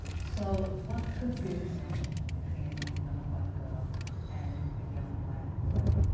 so what could be the connection between a young white girl and ah young black boy?